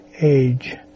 Age